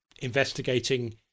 investigating